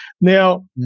Now